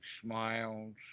smiles